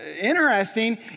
interesting